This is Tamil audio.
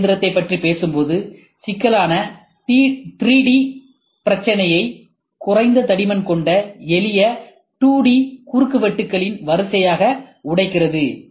எம் இயந்திரத்தைப் பற்றி பேசும்போது சிக்கலான 3டி பிரச்சனையை குறைந்த தடிமன் கொண்ட எளிய 2 டி குறுக்குவெட்டுகளின் வரிசையாக உடைக்கிறது